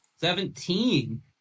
Seventeen